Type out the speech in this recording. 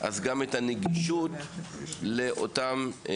כך אנחנו קוראים להם לדאוג גם לנגישות לאותם מתקנים,